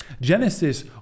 Genesis